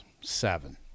Seven